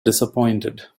disappointed